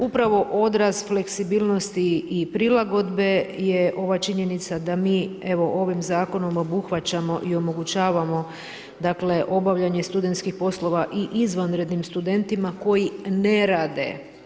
Upravo odraz fleksibilnosti i prilagodbe je ova činjenica da mi evo ovim zakonom obuhvaćamo i omogućavamo obavljanje studentskih poslova i izvanrednim studentima koji ne rade.